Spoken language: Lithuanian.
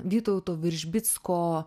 vytauto viržbicko